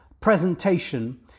presentation